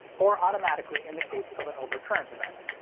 or automatically in the case of an overcurrent event.